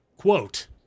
Quote